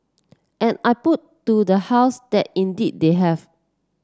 and I put to the house that indeed they have